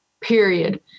period